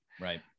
Right